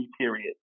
period